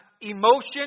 emotion